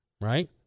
right